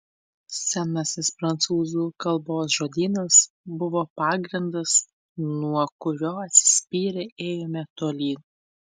senasis prancūzų kalbos žodynas buvo pagrindas nuo kurio atsispyrę ėjome tolyn